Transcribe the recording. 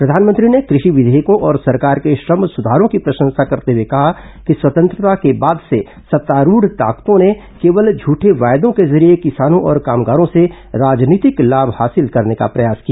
प्रधानमंत्री ने कृषि विधेयकों और सरकार के श्रम सुधारों की प्रशंसा करते हुए कहा कि स्वतंत्रता के बाद से सत्तारूढ ताकतों ने केवल झूठे वायदों के जरिए किसानों और कामगारों से राजनीतिक लाभ हासिल करने का प्रयास किया